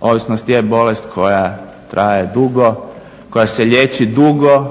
ovisnost je bolest koja traje dugo, koja se liječi dugo